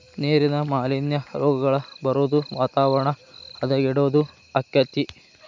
ನೇರಿನ ಮಾಲಿನ್ಯಾ, ರೋಗಗಳ ಬರುದು ವಾತಾವರಣ ಹದಗೆಡುದು ಅಕ್ಕತಿ